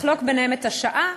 לחלוק ביניהם את השעה,